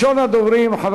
הצעות לסדר-היום מס'